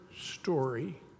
story